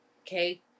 Okay